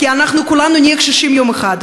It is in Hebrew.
כי אנחנו כולנו נהיה קשישים יום אחד,